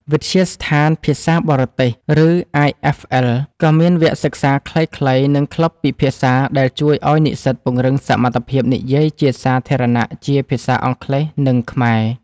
វិទ្យាស្ថានភាសាបរទេស ឬ អាយ-អិហ្វ-អិល ក៏មានវគ្គសិក្សាខ្លីៗ និងក្លឹបពិភាក្សាដែលជួយឱ្យនិស្សិតពង្រឹងសមត្ថភាពនិយាយជាសាធារណៈជាភាសាអង់គ្លេស និងខ្មែរ។